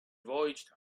voyaged